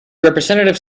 representative